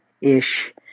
ish